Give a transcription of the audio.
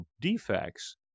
defects